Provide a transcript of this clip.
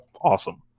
awesome